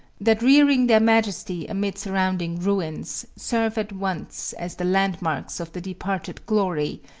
that rearing their majesty amid surrounding ruins, serve at once as the landmarks of the departed glory,